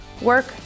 work